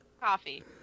coffee